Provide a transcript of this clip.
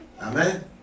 Amen